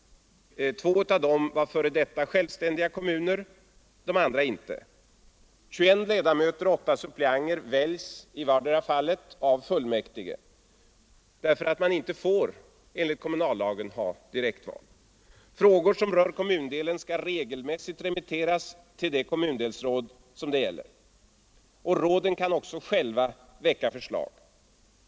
Två av dem är f. d. självständiga kommuner. 21 ledamöter och 8 suppleanter väljs i vartdera fallet av fullmäktige, därför att man enligt kommunallagen inte får ha direkt val. Frågor som rör kommundelen skall regelmässigt remitteras till det kommundelsråd som det gäller. Råden kan också själva väcka förslag.